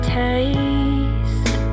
taste